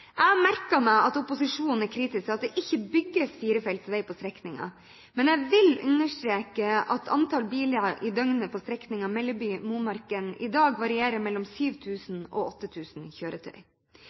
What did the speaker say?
Jeg har merket meg at opposisjonen er kritisk til at det ikke bygges firefelts vei på strekningen, men jeg vil understreke at antall biler i døgnet på strekningen Melleby–Momarken i dag varierer mellom